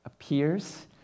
appears